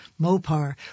Mopar